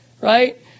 right